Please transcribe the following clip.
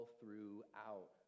throughout